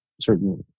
certain